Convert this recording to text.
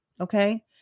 Okay